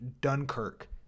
Dunkirk